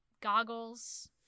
goggles